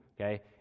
okay